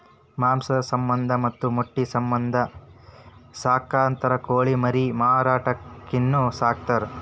ಮಾಂಸದ ಸಮಂದ ಮತ್ತ ಮೊಟ್ಟಿ ಸಮಂದ ಸಾಕತಾರ ಕೋಳಿ ಮರಿ ಮಾರಾಟಕ್ಕಾಗಿನು ಸಾಕತಾರ